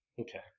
Okay